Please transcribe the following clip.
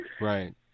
Right